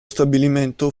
stabilimento